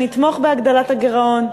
נתמוך בהגדלת הגירעון,